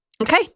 okay